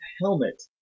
helmet